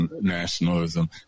nationalism